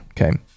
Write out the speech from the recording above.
okay